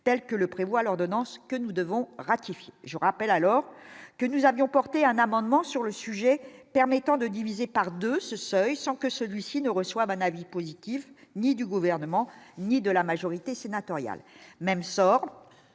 telle que le prévoit l'ordonnance que nous devons ratifié je rappelle alors que nous avions porté un amendement sur le sujet, permettant de diviser par 2 ce seuil sans que celui-ci ne reçoivent un avis positif ni du gouvernement ni de la majorité sénatoriale même sort